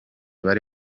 bari